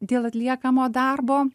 dėl atliekamo darbo